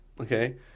okay